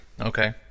Okay